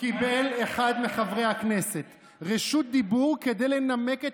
"קיבל אחד מחברי הכנסת רשות דיבור כדי לנמק את